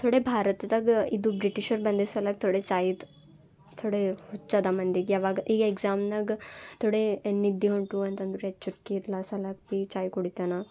ಥೊಡೆ ಭಾರತದಾಗ ಇದು ಬ್ರಿಟಿಷರು ಬಂದಿದ್ದ ಸಲಕ್ಕ ಥೊಡೆ ಚಾಯಿದು ಥೊಡೆ ಹುಚ್ಚದ ಮಂದಿಗೆ ಯಾವಾಗ ಈಗ ಎಕ್ಸಾಮ್ನಾಗ ಥೊಡೇ ಎ ನಿದ್ದೆ ಹೊಂಟವು ಅಂತಂದರು ಎಚ್ಚರ್ಕೆ ಇರ್ಲ ಸಲಕ್ಕ ಭಿ ಚಾಯ್ ಕುಡಿತೆನೆ ನಾ